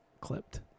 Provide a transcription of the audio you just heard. clipped